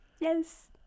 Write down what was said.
Yes